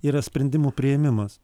yra sprendimų priėmimas